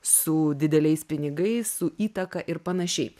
su dideliais pinigais su įtaka ir panašiai